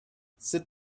sit